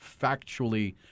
factually